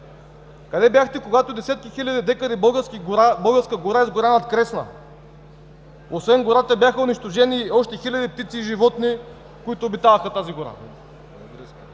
Къде бяхте, когато десетки хиляди декари българска гора изгоря над Кресна? Освен гората бяха унищожени още хиляди птици и животни, които обитаваха тази гора.